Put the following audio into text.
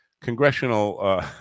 congressional